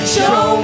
Show